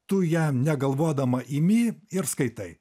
tu ją negalvodama imi ir skaitai